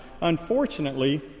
Unfortunately